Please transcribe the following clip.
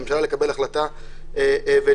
לקבל החלטה ולפתוח,